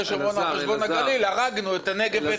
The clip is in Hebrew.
חשבון הגליל - הוא הרג את הנגב והגליל.